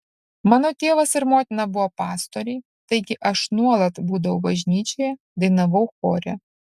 mano tėvas ir motina buvo pastoriai taigi aš nuolat būdavau bažnyčioje dainavau chore